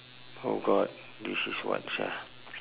oh god this is what sia